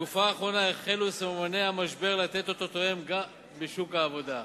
בתקופה האחרונה החלו סממני המשבר לתת אותותיהם גם בשוק העבודה.